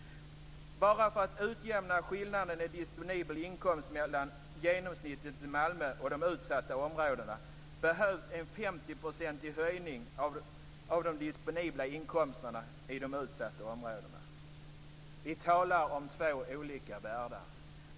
Bara för att utjämna skillnaden i disponibel inkomst mellan genomsnittet i Malmö och de utsatta områdena behövs en 50-procentig höjning av de disponibla inkomsterna i de utsatta områdena. Vi talar om två olika världar.